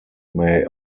may